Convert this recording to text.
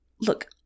look